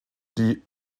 die